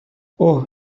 اوه